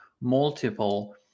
multiple